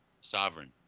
Sovereign